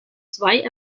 zwei